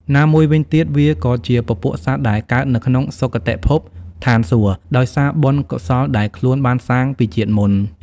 ណាមួយវិញទៀតវាក៏ជាពពួកសត្វដែលកើតនៅក្នុងសុគតិភព (ឋានសួគ៌) ដោយសារបុណ្យកុសលដែលខ្លួនបានសាងពីជាតិមុន។